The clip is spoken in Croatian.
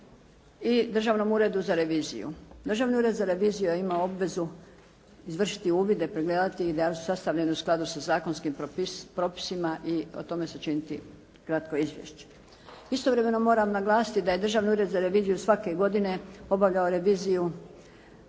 i Državnom uredu za reviziju. Državni ured za reviziju je imao obvezu izvršiti uvide, pregledati ih da li su sastavljeni u skladu sa zakonskim propisima i o tome sačiniti kratko izvješće. Istovremeno moram naglasiti da je Državni ured za reviziju svake godine obavljao reviziju